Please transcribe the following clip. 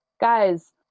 Guys